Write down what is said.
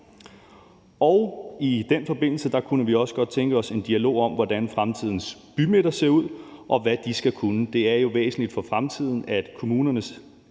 I den forbindelse kunne vi også godt tænke os en dialog om, hvordan fremtidens bymidter ser ud, og hvad de skal kunne. Det er jo væsentligt for fremtiden, at kommunernes